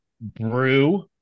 Brew